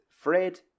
Fred